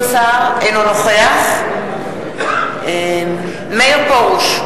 אינו נוכח מאיר פרוש,